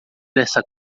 dessa